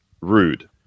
rude